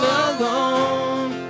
alone